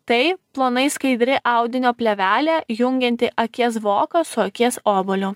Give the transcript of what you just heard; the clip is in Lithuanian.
tai plonai skaidri audinio plėvelė jungianti akies voką su akies obuoliu